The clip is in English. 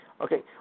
Okay